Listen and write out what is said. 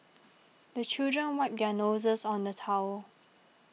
the children wipe their noses on the towel